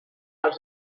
els